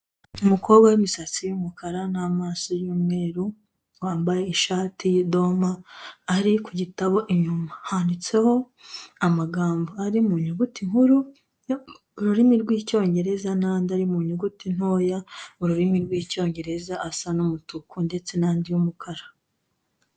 Umukobwa w'imisatsi y'umukara n'amasoko y'umweru wambaye ishati y'idoma, ari ku gitabo inyuma, handitseho amagambo ari mu nyuguti nkuru yo mu rurimi rw'icyongereza, n'andi ari mu nyuguti ntoya mu rurimi rw'icyongereza asa n'umutuku, ndetse n'andi y'umukara.